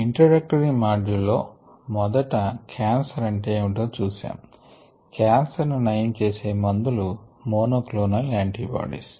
introductory module లో మొదట cancer అంటే ఏమిటో చూశాము కాన్సర్ ను నయం చేసే మందులు మోనోక్లోనల్ యాంటీ బాడీస్